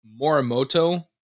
Morimoto